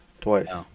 twice